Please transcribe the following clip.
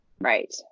Right